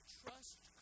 trust